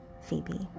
Phoebe